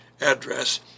address